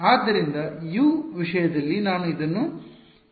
ಆದ್ದರಿಂದ U ವಿಷಯದಲ್ಲಿ ನಾನು ಇದನ್ನು ಏನು ಬರೆಯುತ್ತೇನೆ